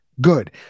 good